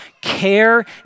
care